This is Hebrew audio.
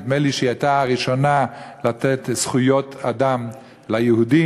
נדמה לי שהיא הייתה הראשונה לתת זכויות אדם ליהודים,